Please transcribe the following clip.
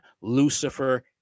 Lucifer